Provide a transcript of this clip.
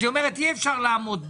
אז היא אומרת, אי אפשר לעמוד בזה,